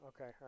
Okay